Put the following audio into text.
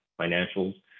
financials